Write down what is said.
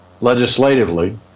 legislatively